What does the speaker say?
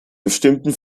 bestimmten